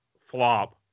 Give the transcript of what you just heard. flop